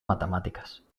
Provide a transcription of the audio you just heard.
matemàtiques